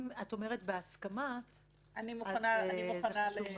אם את אומרת בהסכמה אז זה חשוב מאוד.